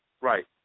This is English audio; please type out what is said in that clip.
Right